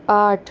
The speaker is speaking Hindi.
आठ